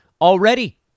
already